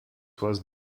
was